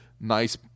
nice